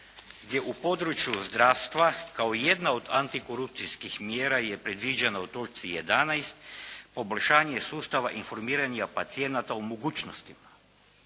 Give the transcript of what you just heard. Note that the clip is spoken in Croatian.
gdje u području zdravstva kao jedna od antikorupcijskih mjera je predviđena u točci 11. poboljšanje sustava informiranja pacijenata o mogućnostima.